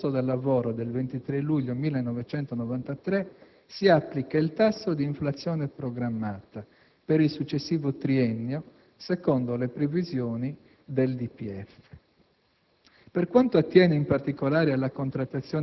in base a quanto stabilito dall'accordo sul costo del lavoro del 23 luglio 1993, si applica il tasso di inflazione programmato per il successivo triennio secondo le previsioni del